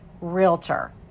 Realtor